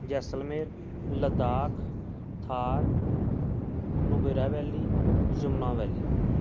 Jaisalmer Ladakh Thar Nubra valley Jamna ਵੈਲੀ